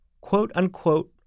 quote-unquote